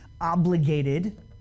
obligated